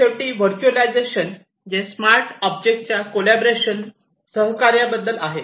आणि शेवटी व्हर्च्युअलायझेशन जे स्मार्ट ऑब्जेक्ट्सच्या कॉलाबोरेशन सहकार्याबद्दल आहे